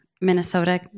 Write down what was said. Minnesota